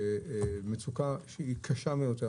שם יש מצוקה קשה ביותר.